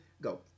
Go